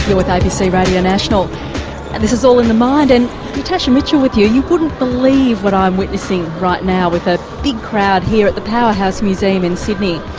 with abc radio national and this is all in the mind and natasha mitchell with you you wouldn't believe what i'm witnessing right now with a big crowd here at the powerhouse museum in sydney.